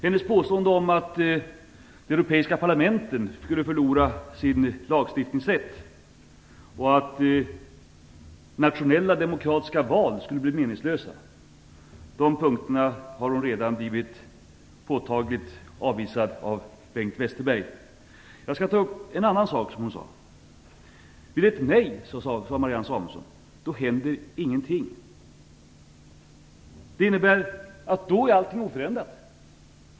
Hennes påstående om att de europeiska parlamenten skulle förlora sin lagstiftningsrätt och att nationella demokratiska val skulle bli meningslösa har redan blivit påtagligt avvisade av Bengt Westerberg. Jag skall ta upp en annan sak som hon sade. Vid ett nej, sade Marianne Samuelsson, händer det ingenting. Det innebär att allting då är oförändrat.